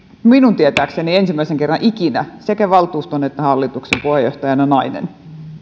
minun tietääkseni ensimmäisen kerran ikinä sekä valtuuston että hallituksen puheenjohtajana nainen